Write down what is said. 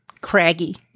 Craggy